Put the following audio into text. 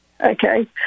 okay